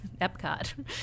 Epcot